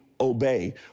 obey